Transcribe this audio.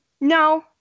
No